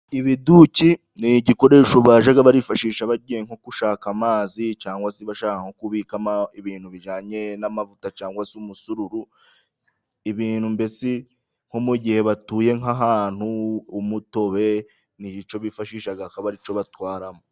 Ibiduki ni igikoresho bajya bifashisha bagiye nko gushaka amazi cyangwa se bashaka kubikamo ibintu bijyanye n'amavuta cyangwa se umusururu ibintu mbese nko mu gihe batuye nk'ahantu umutobe nicyo bifashisha akaba aricyo batwaramo.